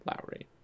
Lowry